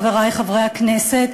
חברי חברי הכנסת,